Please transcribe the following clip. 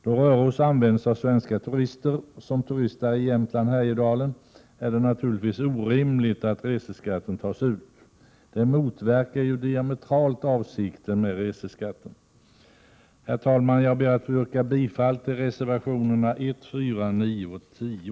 Då Röros används av svenska turister som turistar i Jämtland eller Härjedalen, är det naturligtvis orimligt att reseskatt tas ut. Det motverkar ju diametralt avsikten med reseskatten. Herr talman! Jag ber att få yrka bifall till reservationerna 1, 4, 9 och 10.